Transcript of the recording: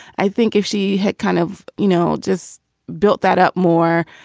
i think if she had kind of, you know, just built that up more,